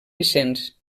vicenç